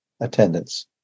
attendance